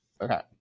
Okay